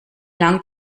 lang